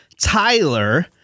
Tyler